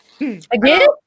again